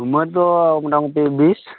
ᱩᱢᱮᱨ ᱫᱚ ᱢᱚᱴᱟᱢᱩᱴᱤ ᱵᱤᱥ